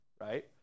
right